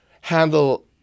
handle